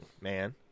man